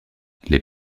les